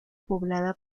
poblada